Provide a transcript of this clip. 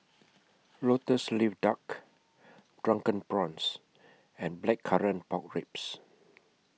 Lotus Leaf Duck Drunken Prawns and Blackcurrant Pork Ribs